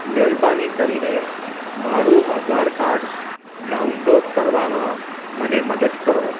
મહેરબાની કરીને મારું આધાર કાડ ડાઉનલોડ કરવામાં મને મદદ કરો